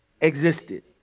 existed